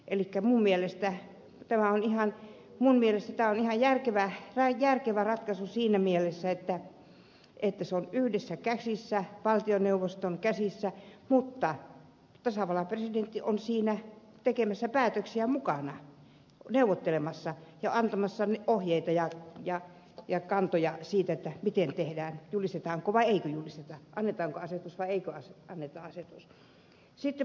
elikkä minun mielestäni tämä on ihan mun mielestä on järkevää ja järkevä ratkaisu siinä mielessä että se on yksissä käsissä valtioneuvoston käsissä mutta tasavallan presidentti on siinä mukana tekemässä päätöksiä neuvottelemassa ja antamassa ohjeita ja kantoja siitä miten tehdään julistetaanko vai eikö julisteta annetaanko asetus vai eikö anneta asetusta